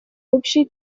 общей